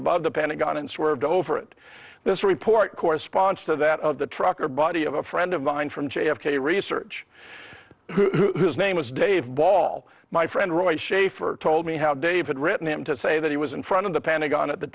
above the pentagon and swerved over and this report corresponds to that of the trucker body of a friend of mine from j f k research whose name is dave ball my friend roy shaffer told me how dave had written him to say that he was in front of the pentagon at the